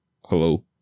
Hello